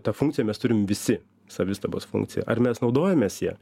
tą funkciją mes turim visi savistabos funkciją ar mes naudojamės ja